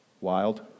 Wild